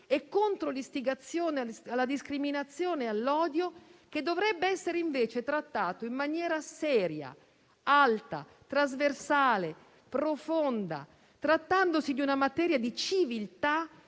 e dell'istigazione alla discriminazione e all'odio, che dovrebbe essere, invece, trattato in maniera seria, alta, trasversale e profonda, trattandosi di una materia di civiltà,